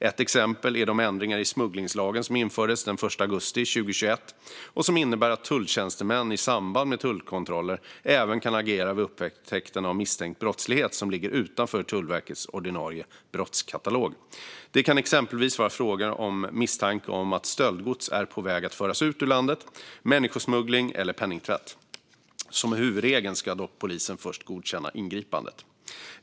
Ett exempel är de ändringar i smugglingslagen som infördes den 1 augusti 2021 och som innebär att tulltjänstemän i samband med tullkontroller även kan agera vid upptäckt av misstänkt brottslighet som ligger utanför Tullverkets ordinarie brottskatalog. Det kan exempelvis vara fråga om misstanke om att stöldgods är på väg att föras ut ur landet, människosmuggling eller penningtvätt. Som huvudregel ska dock polisen först godkänna ingripandet.